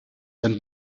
and